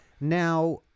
Now